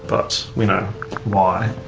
but we know why.